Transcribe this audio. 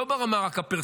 לא רק ברמה הפרסונלית,